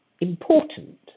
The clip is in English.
important